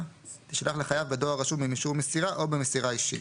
תישלח לחייב בדואר רשום עם אישור מסירה או במסירה אישית".